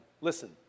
listen